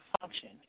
function